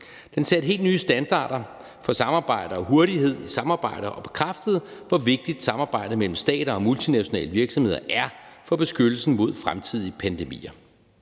Den satte helt nye standarder for samarbejde og hurtighed i samarbejdet og bekræftede, hvor vigtigt samarbejdet mellem stater og multinationale virksomheder er for beskyttelsen mod fremtidige pandemier.